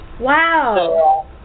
Wow